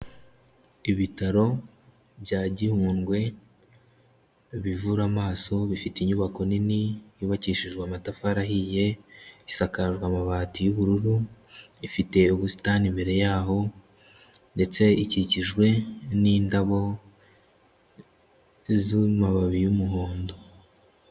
Ibitaro bya Gihundwe bivura amaso, bifite inyubako nini yubakishijwe amatafari ahiye, isakajwe amabati y'ubururu, ifite ubusitani imbere yaho, ndetse ikikijwe n'indabo z'amababi y'umuhondo.